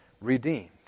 redeemed